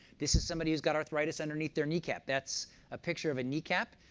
this is somebody who's got arthritis underneath their kneecap. that's a picture of a kneecap.